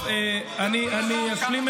השר,